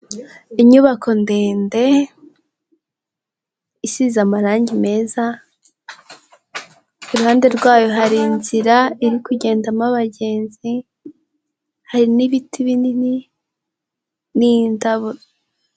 Inyubako ndende isize amarangi meza, iruhande rwayo hari inzira iri kugendamo abagenzi, hari n'ibiti binini n'indabo.